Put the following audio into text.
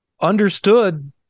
understood